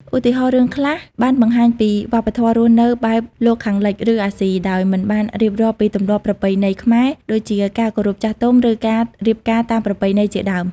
ឧទាហរណ៍ រឿងខ្លះបានបង្ហាញពីវប្បធម៌រស់នៅបែបលោកខាងលិច ឬអាស៊ី ដោយមិនបានរៀបរាប់ពីទម្លាប់ប្រពៃណីខ្មែរ ដូចជាការគោរពចាស់ទុំ ឬការរៀបការតាមប្រពៃណីជាដើម។